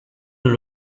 dans